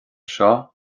seo